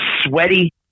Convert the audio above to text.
sweaty